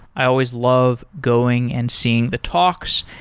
i always love going and seeing the talks,